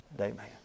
Amen